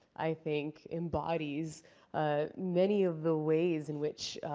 i think, embodies ah many of the ways in which,